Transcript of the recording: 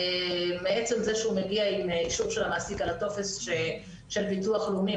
מעצם זה שהוא מגיע עם אישור של המעסיק על הטופס של ביטוח לאומי,